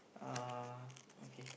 uh okay